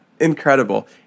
Incredible